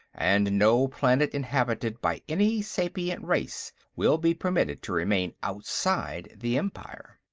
and no planet inhabited by any sapient race will be permitted to remain outside the empire.